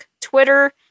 Twitter